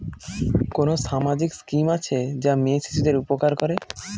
কোন সামাজিক স্কিম আছে যা মেয়ে শিশুদের উপকার করে?